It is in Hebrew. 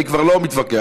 אני כבר לא מתווכח.